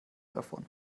davon